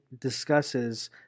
discusses